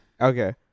Okay